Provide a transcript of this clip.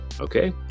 Okay